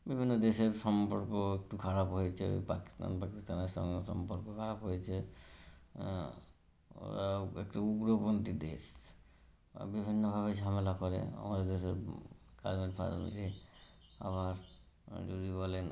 বিভিন্ন দেশের সম্পর্ক একটু খারাপ হয়েছে পাকিস্তান পাকিস্তানের সঙ্গে সম্পর্ক খারাপ হয়েছে ওরাও একটি উগ্রপন্থী দেশ বিভিন্নভাবে ঝামেলা করে আমরা যেসব কাজের ফারে আবার যদি বলেন